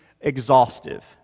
exhaustive